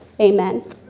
amen